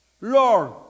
Lord